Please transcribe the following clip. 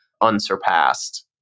unsurpassed